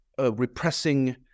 repressing